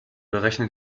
berechnen